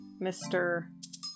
Mr